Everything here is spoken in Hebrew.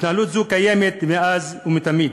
התנהלות זו קיימת מאז ומתמיד.